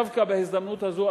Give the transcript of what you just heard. דווקא בהזדמנות הזו,